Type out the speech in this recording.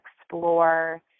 explore